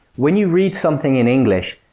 when you read something in english,